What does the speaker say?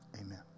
Amen